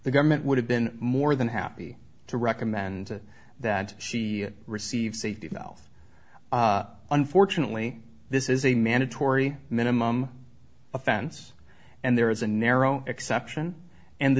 the government would have been more than happy to recommend that she receive safety valve unfortunately this is a mandatory minimum offense and there is a narrow exception and the